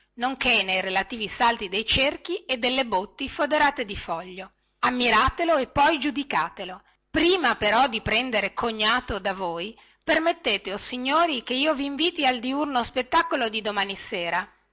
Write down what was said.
ballo nonché nei relativi salti dei cerchi e delle botti foderate di foglio ammiratelo e poi giudicatelo prima però di prendere cognato da voi permettete o signori che io vinviti al diurno spettacolo di domani sera